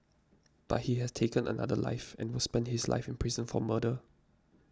but he has taken another life and will spend his life in prison for murder